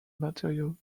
material